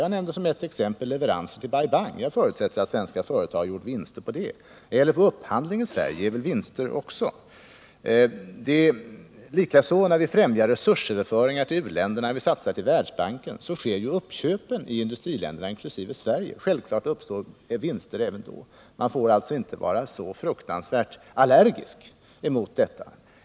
Jag nämnde som ett exempel leveranser till Bai Bang, jag förutsätter att svenska företag har gjort vinster på dem. Upphandling i Sverige ger väl också vinster. Och när vi främjar resursöverföringar till u-länderna och till Världsbanken görs ju uppköpen i industriländerna inkl. Sverige. Självfallet uppstår vinster även då. Man får alltså inte vara så fruktansvärt allergisk mot detta.